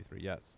yes